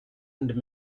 and